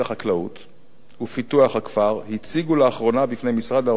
ופיתוח הכפר הציגו לאחרונה בפני משרד האוצר ומשרד התמ"ת